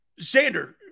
Xander